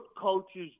coaches